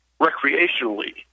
recreationally